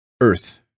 earth